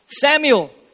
Samuel